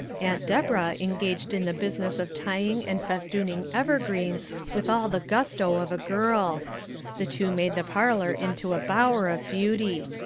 aunt deborah engaged in the business of tying and festooning evergreens with all the gusto of a girl the two made the parlour into a bower of beauty.